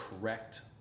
correct